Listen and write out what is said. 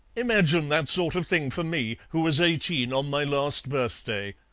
imagine that sort of thing for me, who was eighteen on my last birthday.